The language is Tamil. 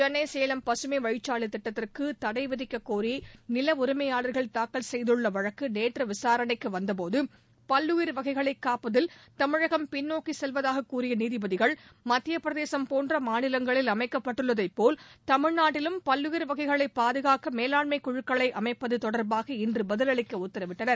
சென்னை சேலம் பசுமை வழிச்சாலை திட்டத்திற்கு தடை விதிக்கக் கோரி நில உரிமையாளர்கள் தாக்கல் செய்துள்ள வழக்கு நேற்று விசாரணைக்கு வந்த போது பல்லுயிர் வகைகளைக் காப்பதில் தமிழகம் பின்னோக்கிச் செல்வதாக கூறிய நீதிபதிகள் மத்தியப் பிரதேசம் போன்ற மாநிலங்களில் அமைக்கப்பட்டுள்ளதைப் போல் தமிழ்நாட்டிலும் பல்லுயிர் வகைகளைப் பாதுகாக்க மேலாண்மைக் குழுக்களை அமைப்பது தொடர்பாக இன்று பதிலளிக்க உத்தரவிட்டனர்